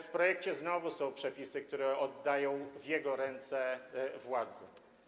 W projekcie znowu są przepisy, które oddają w jego ręce władzę.